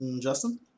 Justin